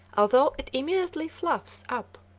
although it immediately fluffs up.